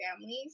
families